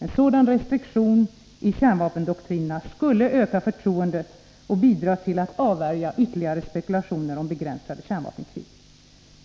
En sådan restriktion i kärnvapendoktrinerna skulle öka förtroendet och bidra till att avvärja ytterligare spekulation om begränsade kärnvapenkrig.